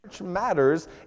matters